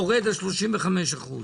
יורד ה-35 אחוזים.